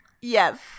Yes